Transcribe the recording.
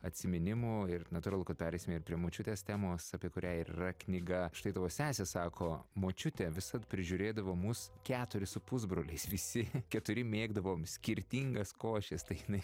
atsiminimų ir natūralu kad pereisime ir prie močiutės temos apie kurią ir yra knyga štai tavo sesė sako močiutė visad prižiūrėdavo mus keturis su pusbroliais visi keturi mėgdavom skirtingas košes tai jinai